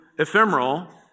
Ephemeral